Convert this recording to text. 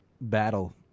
battle